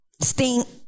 Stink